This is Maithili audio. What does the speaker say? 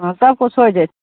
हँ सबकिछु होइ जैतै